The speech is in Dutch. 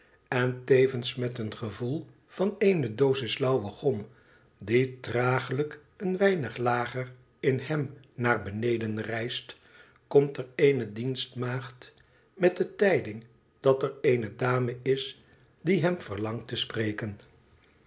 en tevens met een gevoel van eene dosis lauwe gom die traaglijk een weinig lager in hem naar beneden reist komt er eene dienstmaagd met de tijding dat er eene dame is die hem verlangt te spreken